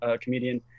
comedian